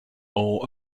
all